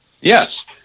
Yes